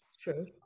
true